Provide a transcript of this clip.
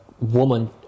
woman